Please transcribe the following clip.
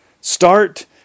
Start